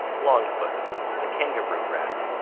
longfoot the kangaroo rat,